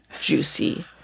juicy